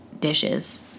dishes